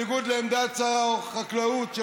בניגוד לעמדת שר החקלאות,